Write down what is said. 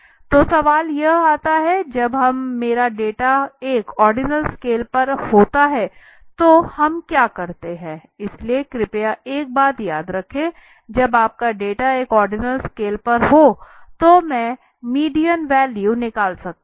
तो सवाल यह आता है कि जब मेरा डेटा एक ओर्डिनल स्केल पर होता है तो हम क्या करते हैं इसलिए कृपया एक बात याद रखें जब आपका डेटा एक ओर्डिनल स्केल पर हो तो मैं मीडियन वैल्यू निकाल सकता हूँ